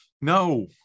no